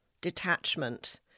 detachment